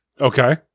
Okay